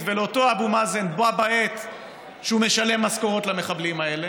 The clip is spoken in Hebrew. ולאותו אבו מאזן בה בעת שהוא משלם משכורות למחבלים האלה.